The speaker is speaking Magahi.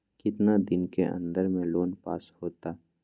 कितना दिन के अन्दर में लोन पास होत?